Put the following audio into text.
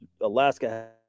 Alaska